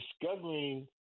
discovering